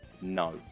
No